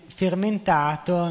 fermentato